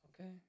Okay